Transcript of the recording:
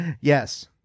Yes